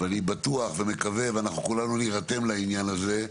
ואני בטוח ומקווה ואנחנו כולנו נירתם לעניין הזה,